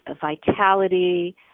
vitality